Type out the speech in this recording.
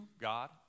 God